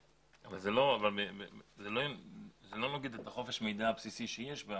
אבל זה לא נוגד את חופש המידע הבסיסי שיש.